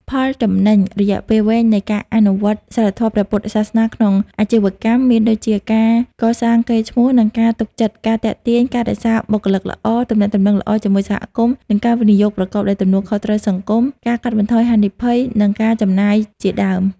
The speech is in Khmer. ផលចំណេញរយៈពេលវែងនៃការអនុវត្តសីលធម៌ព្រះពុទ្ធសាសនាក្នុងអាជីវកម្មមានដូចជា ការកសាងកេរ្តិ៍ឈ្មោះ និងការទុកចិត្ត, ការទាក់ទាញ និងរក្សាបុគ្គលិកល្អ, ទំនាក់ទំនងល្អជាមួយសហគមន៍ និងការវិនិយោគប្រកបដោយទំនួលខុសត្រូវសង្គម, ការកាត់បន្ថយហានិភ័យ និងការចំណាយជាដើម។